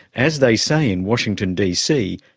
as they say in washington dc,